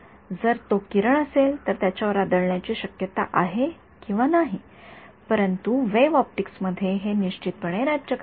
जर तो किरण असेल तर त्याच्यावर आदळण्याची शक्यता आहे किंवा नाही परंतु वेव्ह ऑप्टिक्समध्ये हे निश्चितपणे राज्य करीत आहे